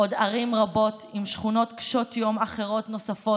עוד ערים רבות עם שכונות קשות יום נוספות